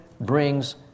brings